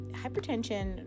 hypertension